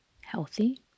healthy